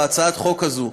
בהצעת החוק הזאת,